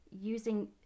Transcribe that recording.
using